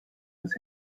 his